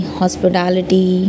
hospitality